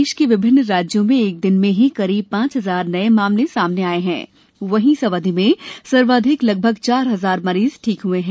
देश के विभिन्न राज्यों में एक दिन में ही करीब पांच हजार नये मामले सामने आए हैं वहीं इसी अवधि में सर्वाधिक लगभग चार हजार मरीज ठीक ह्ए हैं